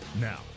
Now